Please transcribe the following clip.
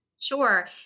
Sure